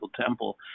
temple